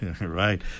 Right